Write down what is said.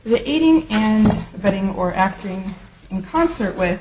what aiding and abetting or acting in concert with